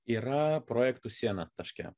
yra projektų siena taške